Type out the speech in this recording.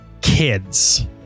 kids